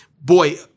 boy